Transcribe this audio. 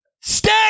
stay